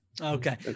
Okay